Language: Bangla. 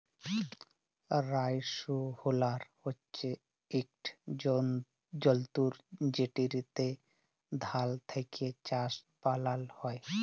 রাইসহুলার হছে ইকট যল্তর যেটতে ধাল থ্যাকে চাল বালাল হ্যয়